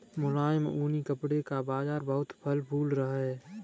मुलायम ऊनी कपड़े का बाजार बहुत फल फूल रहा है